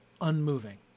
unmoving